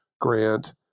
grant